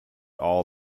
all